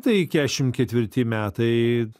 tai keturiasdešimt ketvirti metai